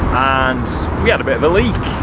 and we had a bit of a leak,